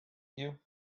you